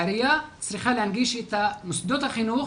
העירייה צריכה להנגיש את מוסדות החינוך,